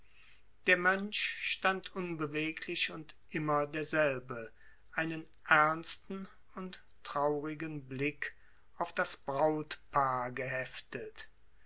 der mönch stand unbeweglich und immer derselbe einen ernsten und traurigen blick auf das brautpaar geheftet